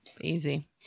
easy